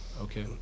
Okay